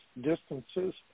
distances